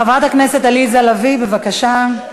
חברת הכנסת עליזה לביא, בבקשה.